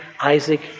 Isaac